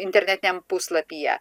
internetiniam puslapyje